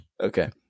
okay